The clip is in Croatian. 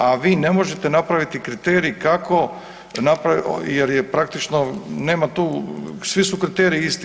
A vi ne možete napraviti kriterij kako jer je praktično nema tu, svi su kriteriji isti.